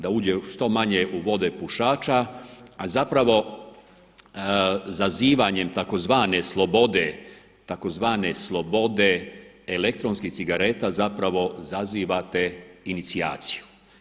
Da uđe što manje u vode pušača a zapravo zazivanjem tzv. slobode elektronskih cigareta zapravo zazivate inicijaciju.